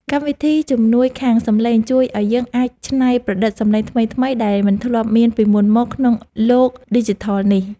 កម្មវិធីជំនួយខាងសំឡេងជួយឱ្យយើងអាចច្នៃប្រឌិតសំឡេងថ្មីៗដែលមិនធ្លាប់មានពីមុនមកក្នុងលោកឌីជីថលនេះ។